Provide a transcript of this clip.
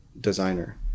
designer